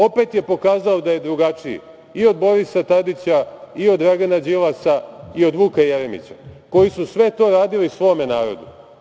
Opet je pokazao da je drugačiji i od Borisa Tadića i od Dragana Đilasa i od Vuka Jeremića, koji su sve to radili svom narodu.